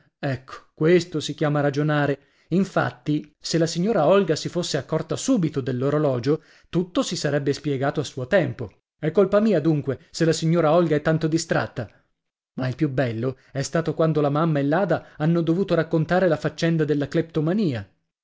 ecco questo si chiama ragionare infatti se la signora olga si fosse accorta subito dell'orologio tutto si sarebbe spiegato a suo tempo è colpa mia dunque se la signora olga è tanto distratta ma il più bello è stato quando la mamma e l'ada hanno dovuto raccontare la faccenda della cleptomania via